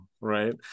right